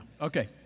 Okay